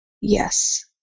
Yes